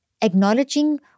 acknowledging